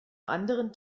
anderen